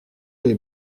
les